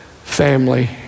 family